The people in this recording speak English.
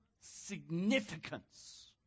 significance